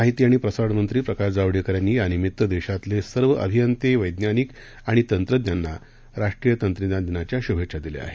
माहिती आणि प्रसारणमंत्री प्रकाश जावेडकर यांनी देशातल्या सर्व अभियंते वैद्यानिक आणि तंत्रज्ञांना राष्ट्रीय तंत्रज्ञान दिनाच्या शुभेघ्छा दिल्या आहेत